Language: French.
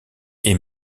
est